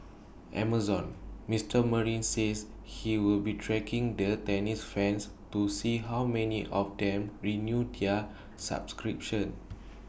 Amazon's Mister marine says he will be tracking the tennis fans to see how many of them renew their subscriptions